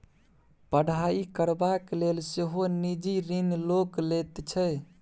पढ़ाई करबाक लेल सेहो निजी ऋण लोक लैत छै